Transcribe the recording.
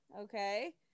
okay